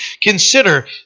Consider